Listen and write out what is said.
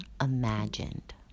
imagined